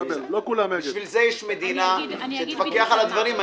בשביל זה יש מדינה שתפקח על הדברים.